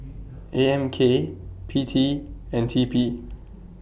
A M K P T and T P